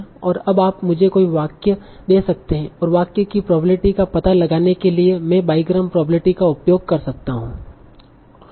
और अब आप मुझे कोई भी वाक्य दे सकते हैं और वाक्य की प्रोबेबिलिटी का पता लगाने के लिए मैं बाईग्राम प्रोबेबिलिटी का उपयोग कर सकता हूं